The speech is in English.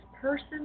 person